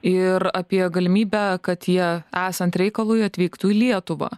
ir apie galimybę kad jie esant reikalui atvyktų į lietuvą